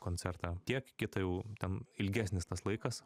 koncertą tiek kitą jau ten ilgesnis tas laikas